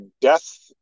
death